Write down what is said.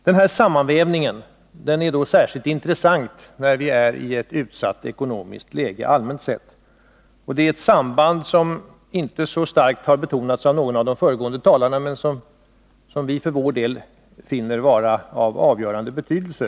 Denna sammanvävning är särskilt intressant när vi befinner oss i ett allmänt utsatt ekonomiskt läge. Här finns ett samband som inte så starkt har betonats av någon av de föregående talarna, men som vi för vår del finner vara av avgörande betydelse.